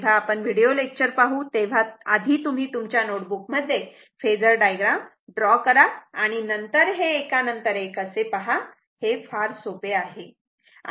जेव्हा आपण video lecture पाहू तेव्हा आधी तुम्ही तुमच्या नोटबुक मध्ये फेजर डायग्राम ड्रॉ करा आणि नंतर हे एकानंतर एक असे पहा हे फार सोपे आहे